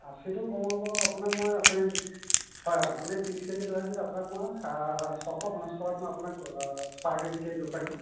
খাচীটো কমাব আপুনি আপোনাক মই হয় হয় আপুনি ত্ৰিছ কেজি লয় যদি আপোনাক মই ছশ পঞ্চাছ টকাত মই পাৰ কেজিকৈ দিব পাৰিম